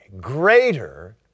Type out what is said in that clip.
Greater